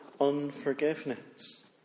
unforgiveness